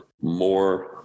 more